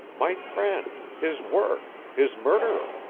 my friend his work his murderer.